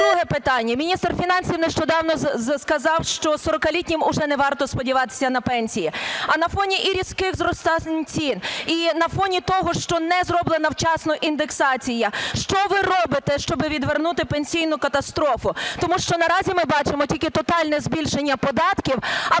друге питання. Міністр фінансів нещодавно сказав, що 40-літнім уже не варто сподіватися на пенсії. А на фоні і різких зростань цін, і на фоні того, що не зроблена вчасно індексація, що ви робите, щоби відвернути пенсійну катастрофу? Тому що наразі ми бачимо тільки тотальне збільшення податків,